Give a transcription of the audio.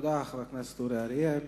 תודה, חבר הכנסת אורי אריאל.